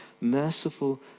merciful